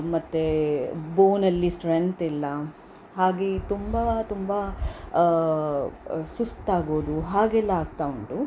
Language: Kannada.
ಮತ್ತೆ ಬೋನಲ್ಲಿ ಸ್ಟ್ರೆಂತ್ ಇಲ್ಲ ಹಾಗೆ ತುಂಬ ತುಂಬ ಸುಸ್ತಾಗೋದು ಹಾಗೆಲ್ಲ ಆಗ್ತಾ ಉಂಟು